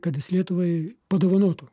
kad jis lietuvai padovanotų